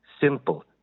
simple